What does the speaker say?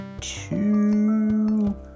two